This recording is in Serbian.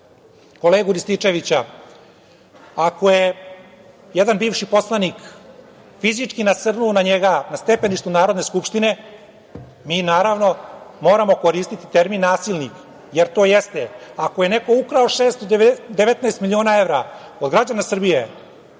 kolegu Rističevića. Ako je jedan bivši poslanik fizički nasrnuo na njega na stepeništu Narodne skupštine, mi naravno moramo koristiti termin nasilnik, jer to jeste. Ako je neko ukrao 619 miliona evra od građana Srbije,